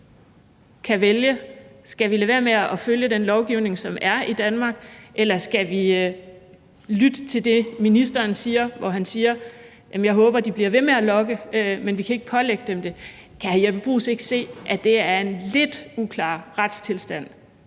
skal lade være med at følge den lovgivning, der er i Danmark, eller om de skal lytte til ministeren, når han siger: Jeg håber, at de bliver ved med at logge, men vi kan ikke pålægge dem det? Kan hr. Jeppe Bruus ikke se, at det er en lidt uklar retstilstand?